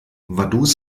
vaduz